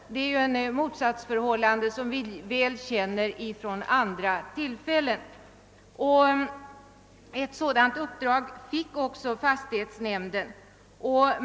Detta är ju ett motsatsförhållande som vi väl känner till från andra håll. Ett sådant uppdrag fick också fastighetsnämnden.